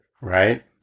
Right